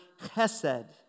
chesed